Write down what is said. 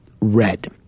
red